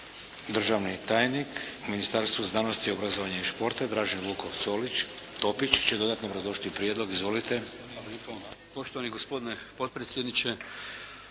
Državni tajnik u Ministarstvu znanosti, obrazovanja i športa Dražen Vukov Topić će dodatno obrazložiti prijedlog. **Vikić